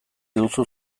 duzu